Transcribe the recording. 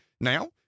Now